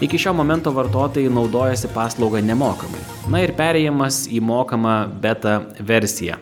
iki šio momento vartotojai naudojosi paslauga nemokamai na ir perėjamas į mokamą beta versiją